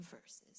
verses